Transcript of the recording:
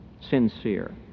sincere